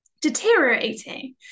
deteriorating